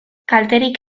kalterik